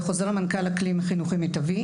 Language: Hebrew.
בחוזר מנכ"ל אקלים חינוכי מיטבי,